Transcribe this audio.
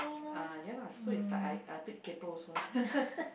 uh ya lah so is I I a bit kaypo also lah